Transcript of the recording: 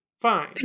Fine